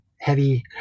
heavy